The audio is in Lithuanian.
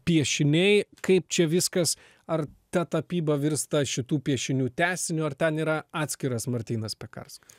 piešiniai kaip čia viskas ar ta tapyba virsta šitų piešinių tęsiniu ar ten yra atskiras martynas pekarskas